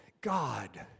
God